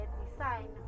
design